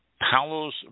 Palos